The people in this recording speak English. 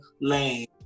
lane